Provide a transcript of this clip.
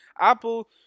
Apple